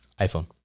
iPhone